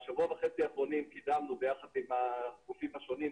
בשבוע וחצי האחרונים קידמנו ביחד עם הגופים השונים,